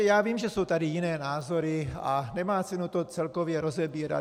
Já vím, že jsou tady jiné názory, a nemá cenu to celkově rozebírat.